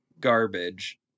garbage